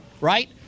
right